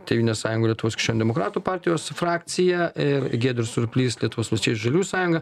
tėvynės sąjunga lietuvos demokratų partijos frakcija ir giedrius surplys lietuvos žaliųjų sąjunga